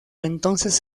entonces